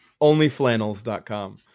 Onlyflannels.com